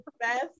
best